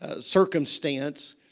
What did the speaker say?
circumstance